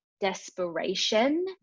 desperation